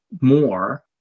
more